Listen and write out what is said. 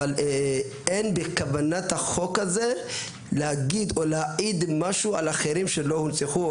אבל אין בכוונת החוק הזה להגיד או להעיד משהו על אחרים שלא הונצחו.